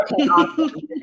okay